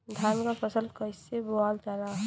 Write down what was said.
धान क फसल कईसे बोवल जाला?